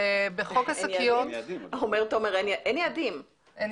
כן, אין יעדים.